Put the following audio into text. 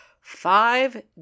Five